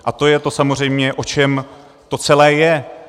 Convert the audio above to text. A to je to samozřejmě, o čem to celé je.